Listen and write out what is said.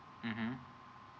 mmhmm